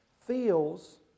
feels